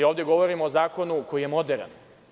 Ovde govorimo o zakonu koji je moderan.